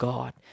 God